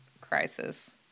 crisis